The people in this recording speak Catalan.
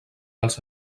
els